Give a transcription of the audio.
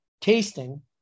Tasting